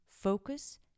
focus